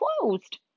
closed